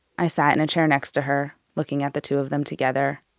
i sat in a chair next to her. looking at the two of them together.